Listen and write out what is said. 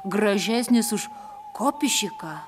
gražesnis už kopišiką